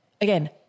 again